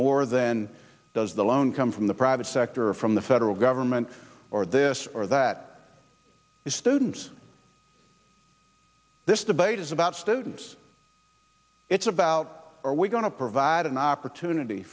more than does the lone come from the private sector or from the federal government or this or that these students this debate is about students it's about are we going to provide an opportunity